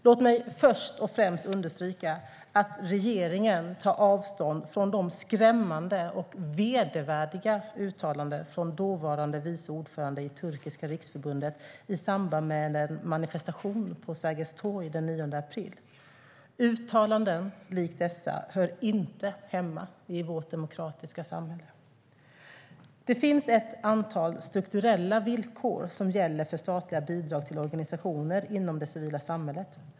Låt mig först och främst understryka att regeringen tar avstånd från de skrämmande och vedervärdiga uttalandena från dåvarande vice ordföranden i Turkiska riksförbundet i samband med en manifestation på Sergels torg den 9 april. Uttalanden likt dessa hör inte hemma i vårt demokratiska samhälle. Det finns ett antal strukturella villkor som gäller för statliga bidrag till organisationer inom det civila samhället.